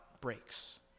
breaks